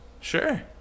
Sure